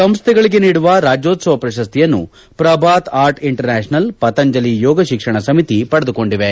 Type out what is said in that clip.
ಸಂಸ್ಥೆಗಳಿಗೆ ನೀಡುವ ರಾಜ್ಯೋತ್ಸವ ಪ್ರಶಸ್ತಿಯನ್ನು Prabhat art international Patanjali yoga ಶಿಕ್ಷಣ ಸಮಿತಿ ಪಡೆದುಕೊಂಡಿವೆ